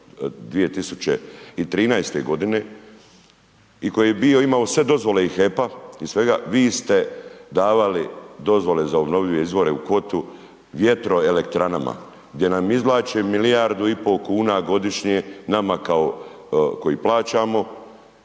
2013. godine i koji je bio imao i sve dozvole i HEP-a i svega, vi ste davali dozvole za obnovljive izvore u kvotu vjetroelektranama, gdje nam izvlače milijardu i pol kuna godišnje, nama koji plaćamo,